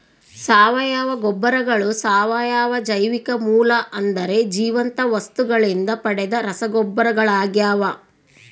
ಸಾವಯವ ಗೊಬ್ಬರಗಳು ಸಾವಯವ ಜೈವಿಕ ಮೂಲ ಅಂದರೆ ಜೀವಂತ ವಸ್ತುಗಳಿಂದ ಪಡೆದ ರಸಗೊಬ್ಬರಗಳಾಗ್ಯವ